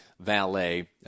valet